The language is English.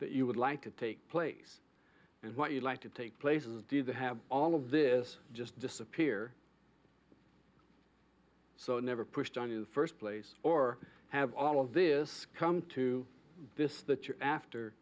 that you would like to take place and what you'd like to take place is do they have all of this just disappear so never pushed on in the first place or have all of this come to this that you're after